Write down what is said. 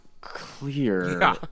clear